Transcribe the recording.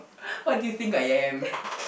what do you think I am